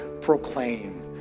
proclaim